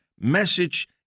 message